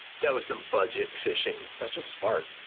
that was some budget fishing. that's just smart.